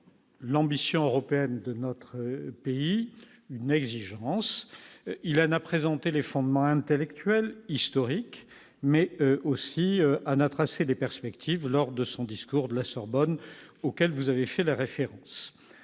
l'ambition européenne de notre pays, une exigence Ilana présenté les fondements intellectuels historique, mais aussi en a tracé des perspectives lors de son discours de la Sorbonne, auquel vous avez fait là référence